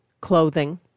clothing